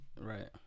right